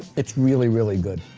it's really, really good,